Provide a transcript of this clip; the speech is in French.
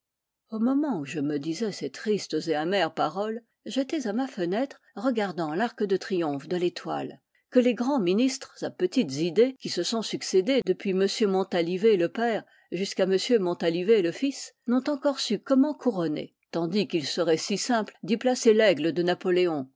au moment où je me disais ces tristes et amères paroles j'étais à ma fenêtre regardant l'arc de triomphe de l'étoile que les grands ministres à petites idées qui se sont succédé depuis m montalivet le père jusqu'à m montalivet le fils n'ont encore su comment couronner tandis qu'il serait si simple d'y placer l'aigle de napoléon